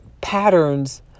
patterns